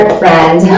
friend